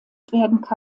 genutzt